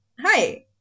Hi